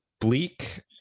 bleak